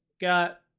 got